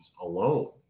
alone